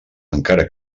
encara